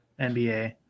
NBA